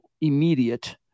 immediate